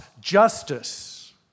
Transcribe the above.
justice